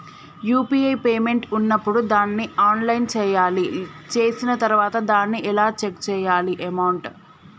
UPI payment ఉన్నప్పుడు దాన్ని ఎలా ఆన్ చేయాలి? చేసిన తర్వాత దాన్ని ఎలా చెక్ చేయాలి అమౌంట్?